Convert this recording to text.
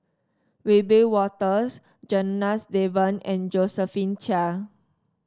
Wiebe Wolters Janadas Devan and Josephine Chia